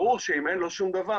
ברור שאם אין לו שום דבר,